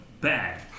bad